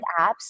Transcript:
apps